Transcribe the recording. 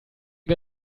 wir